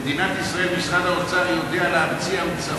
במדינת ישראל משרד האוצר יודע להמציא המצאות,